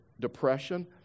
depression